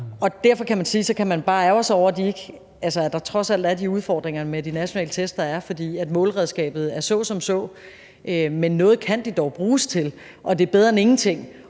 bare kan ærgre sig over, at der trods alt er de udfordringer med de nationale test, der er, fordi måleredskabet er så som så. Men noget kan de dog bruges til, og det er bedre end ingenting.